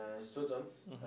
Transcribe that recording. students